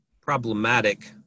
problematic